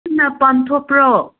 ꯊꯨꯅ ꯄꯥꯡꯊꯣꯛꯄ꯭ꯔꯣ